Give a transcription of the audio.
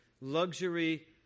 luxury